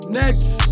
next